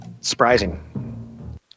Surprising